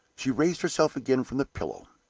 she raised herself again from the pillow.